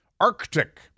Arctic